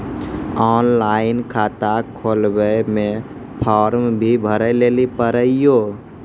Online खाता खोलवे मे फोर्म भी भरे लेली पड़त यो?